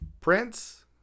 Prince